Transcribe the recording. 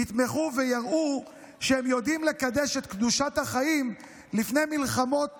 יתמכו ויראו שהם יודעים לקדש את קדושת החיים לפני מלחמות